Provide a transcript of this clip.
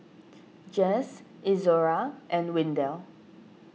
Jess Izora and Windell